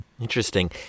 Interesting